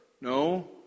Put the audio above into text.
No